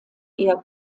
eher